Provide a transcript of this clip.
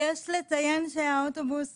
יש לציין שאוטובוס